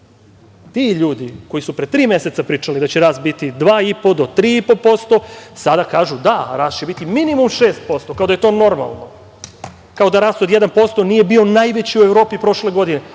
Ti ljudi koji su pre tri meseca pričali da će rast biti 2,5 do 3,5% sada kažu – da, rast će biti minimum 6%, kao da je to normalno, kao da rast od 1% nije bio najveći u Evropi prošle godine